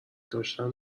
داشتن